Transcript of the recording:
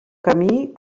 camí